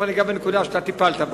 ותיכף אגע בנקודה שטיפלת בה.